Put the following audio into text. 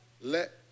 let